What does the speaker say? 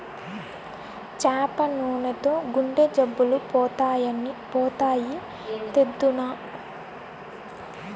చేప నూనెతో గుండె జబ్బులు పోతాయి, తెద్దునా